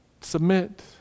submit